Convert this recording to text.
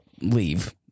leave